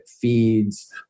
feeds